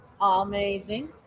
amazing